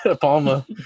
Palma